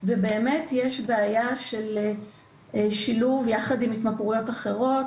ובאמת יש בעיה של שילוב יחד עם התמכרויות אחרות.